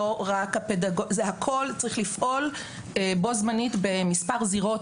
זה הכול צריך לפעול בו זמנית במספר זירות